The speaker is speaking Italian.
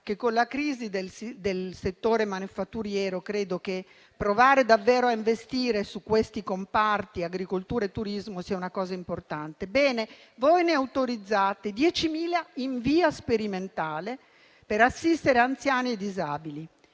che, con la crisi del settore manifatturiero, credo che provare a investire davvero sui comparti dell'agricoltura e del turismo sia una cosa importante. Bene, voi ne autorizzate 10.000 in via sperimentale per assistere anziani e disabili